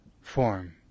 form